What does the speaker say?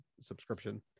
subscription